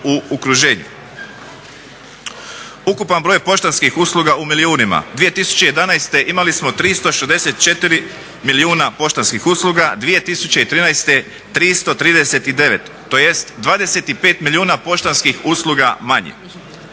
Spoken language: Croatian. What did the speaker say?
u okruženju. Ukupan broj poštanskih usluga u milijunima, 2011. imali smo 364 milijuna poštanskih usluga, 2013. 339 tj. 25 milijuna poštanskih usluga manje.